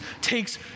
takes